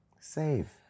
Save